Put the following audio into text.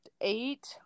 eight